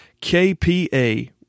KPA